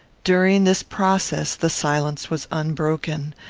during this process, the silence was unbroken.